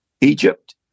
Egypt